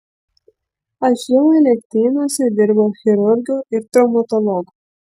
aš jau elektrėnuose dirbau chirurgu ir traumatologu